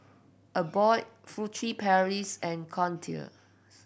Abbott Furtere Paris and Kordel's